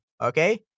okay